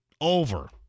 Over